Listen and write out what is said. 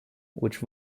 which